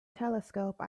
telescope